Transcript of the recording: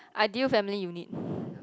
ideal family you need